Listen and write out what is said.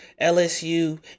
LSU